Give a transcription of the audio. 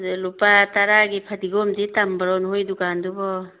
ꯑꯗꯨꯗ ꯂꯨꯄꯥ ꯇꯥꯔꯥꯒꯤ ꯐꯗꯤꯒꯣꯝꯗꯤ ꯇꯝꯕꯔꯣ ꯅꯣꯏ ꯗꯨꯀꯥꯟꯗꯨꯕꯣ